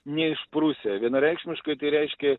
neišprusę vienareikšmiškai tai reiškia